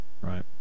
right